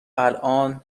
الان